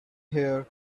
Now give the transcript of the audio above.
hair